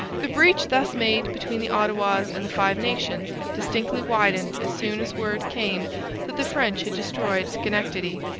the breach thus made between the ottawas and the five nations distinctly widened as soon as word came that the french had destroyed schenectady.